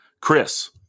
Chris